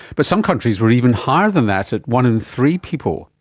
but some countries were even higher than that at one in three people.